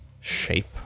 shape